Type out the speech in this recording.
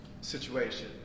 situation